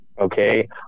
Okay